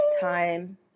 Time